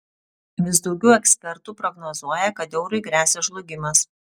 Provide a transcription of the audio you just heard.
vis daugiau ekspertų prognozuoja kad eurui gresia žlugimas